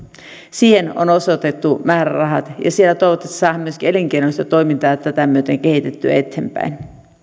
siihen on osoitettu määrärahat ja siellä toivottavasti saadaan myöskin elinkeinollista toimintaa tätä myöden kehitettyä eteenpäin